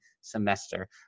semester